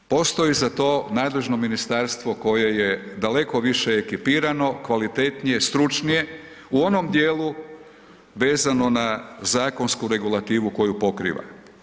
Postoji za to nadležno ministarstvo koje je daleko više ekipirano kvalitetnije, stručnije u onom dijelu vezano na zakonsku regulativu koju pokriva.